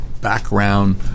background